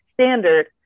standard